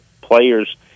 players